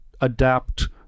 adapt